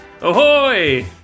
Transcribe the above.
Ahoy